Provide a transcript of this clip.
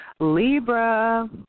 Libra